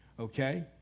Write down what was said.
Okay